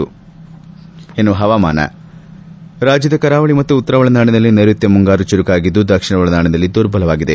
ಈಗ ಹವಾ ವರ್ತಮಾನ ರಾಜ್ಯದ್ ಕರಾವಳಿ ಮತ್ತು ಉತ್ತರ ಒಳನಾಡಿನಲ್ಲಿ ನೈರುತ್ತ ಮುಂಗಾರು ಚುರುಕಾಗಿದ್ದು ದಕ್ಷಿಣ ಒಳನಾಡಿನಲ್ಲಿ ದುರ್ಬಲವಾಗಿದೆ